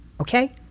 Okay